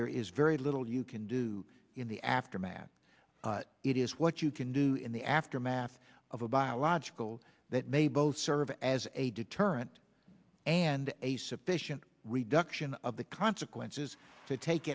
there is very little you can do in the aftermath it is what you can do in the aftermath of a biological that may both serve as a deterrent and a sufficient reduction of the consequences to take